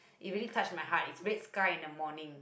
it really touched my heart it's red sky in the morning